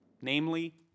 namely